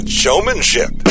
showmanship